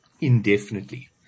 indefinitely